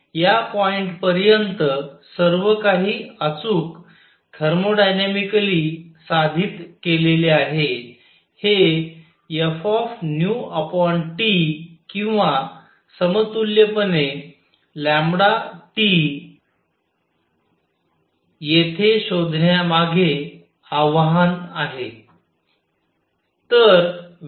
या पॉइंट पर्यंत सर्वकाही अचूक थर्मोडायनॅमिकली साधित केलेले आहे हे fT किंवा समतुल्यपणे T येथे शोधण्यामध्ये आव्हान आहे